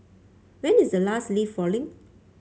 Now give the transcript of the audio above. when is the last leaf falling